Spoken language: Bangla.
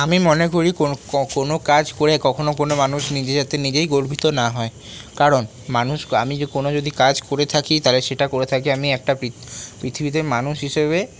আমি মনে করি কোনো কোনো কাজ করে কখনো কোনো মানুষ নিজের হাতে নিজেই গর্বিত না হয় কারণ মানুষ আমি কোনো যদি কাজ করে থাকি তাহলে সেটা করে থাকি আমি একটা পৃথিবীতে মানুষ হিসেবে